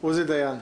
עוזי דיין.